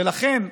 ולכן,